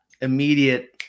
immediate